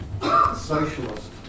socialist